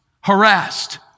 harassed